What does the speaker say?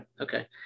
Okay